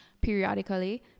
periodically